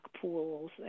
pools